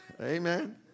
Amen